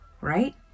right